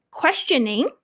questioning